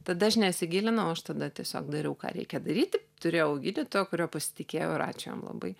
tada aš nesigilinau aš tada tiesiog dariau ką reikia daryti turėjau gydytoją kuriuo pasitikėjau ir ačiū jam labai